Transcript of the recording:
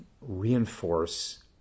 reinforce